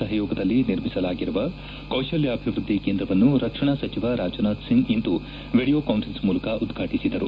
ಸಹಯೋಗದಲ್ಲಿ ನಿರ್ಮಿಸಲಾಗಿರುವ ಕೌಶಲ್ಯಾಭಿವೃದ್ಧಿ ಕೇಂದ್ರವನ್ನು ರಕ್ಷಣಾ ಸಚಿವ ರಾಜನಾಥ್ಸಿಂಗ್ ಇಂದು ವಿಡಿಯೋ ಕಾನ್ಸರೆನ್ಸ್ ಮೂಲಕ ಉದ್ಘಾಟಿಸಿದರು